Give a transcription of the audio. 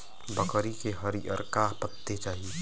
बकरी के हरिअरका पत्ते चाही